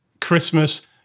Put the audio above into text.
Christmas